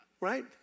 Right